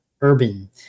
urban